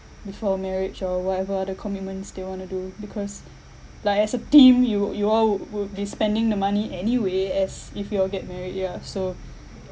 before marriage or whatever the commitments they want to do because like as a team you you all wou~ would be spending the money anyway as if you all get married ya so